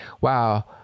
wow